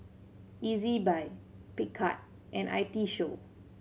Ezbuy Picard and I T Show